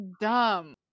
dumb